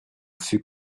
fut